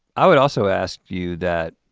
i would also ask you that